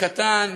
קטן,